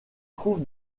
trouve